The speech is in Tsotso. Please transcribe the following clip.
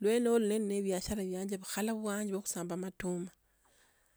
lwali noli ne ebiashara bianje bukhala bwanja bwo khusamba amatuma.